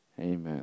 Amen